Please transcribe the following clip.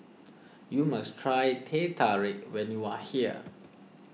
you must try Teh Tarik when you are here